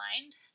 mind